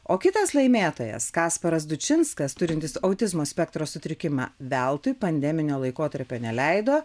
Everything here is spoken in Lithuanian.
o kitas laimėtojas kasparas dučinskas turintis autizmo spektro sutrikimą veltui pandeminio laikotarpio neleido